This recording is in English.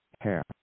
hair